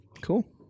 Cool